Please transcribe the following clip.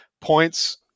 Points